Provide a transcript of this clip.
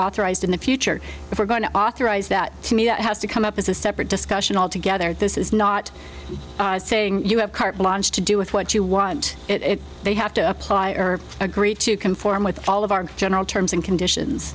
authorized in the future if we're going to authorize that has to come up as a separate discussion altogether this is not saying you have carte blanche to do with what you want it they have to apply our agree to conform with all of our general terms and conditions